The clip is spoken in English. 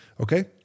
Okay